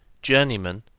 journeymen,